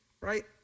right